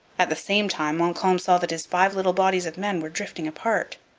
at the same time montcalm saw that his five little bodies of men were drifting apart.